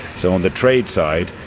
so on the trade side,